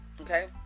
Okay